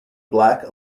black